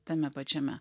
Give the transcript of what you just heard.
tame pačiame